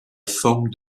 forme